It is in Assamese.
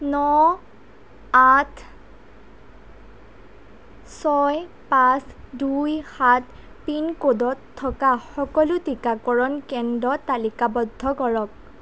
ন আঠ ছয় পাঁচ দুই সাত পিন জগলড় ক'ডত থকা সকলো টীকাকৰণ কেন্দ্ৰ তালিকাবদ্ধ কৰক